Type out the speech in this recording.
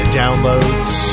downloads